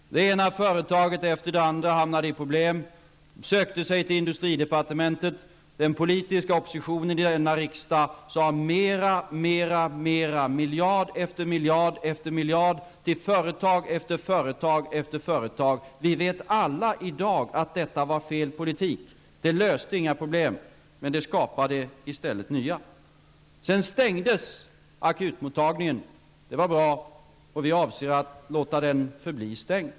Det ena företaget efter det andra hamnade i problem och sökte sig till industridepartementet. Den politiska oppositionen i denna riksdag begärde mer, mer, mer, man begärde miljard efter miljard efter miljard till företag efter företag efter företag. Vi vet alla i dag att detta var fel politik. Det löste inga problem, utan det skapade i stället nya. Sedan stängdes akutmottagningen. Det var bra. Vi avser att låta den förbli stängd.